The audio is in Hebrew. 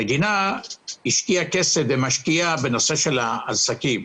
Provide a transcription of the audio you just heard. המדינה השקיעה כסף ומשקיעה בנושא של העסקים.